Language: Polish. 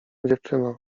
dziewczyno